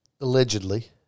Allegedly